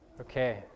Okay